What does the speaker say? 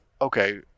Okay